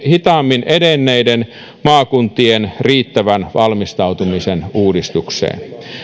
hitaammin edenneiden maakuntien riittävän valmistautumisen uudistukseen